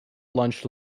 lunch